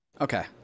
Okay